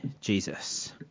Jesus